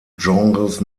genres